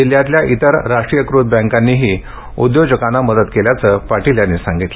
जिल्ह्यातल्या इतर राष्ट्रीयीकृत बँकांनीही उद्योजकांना मदत केल्याचं पाटील यांनी सांगितलं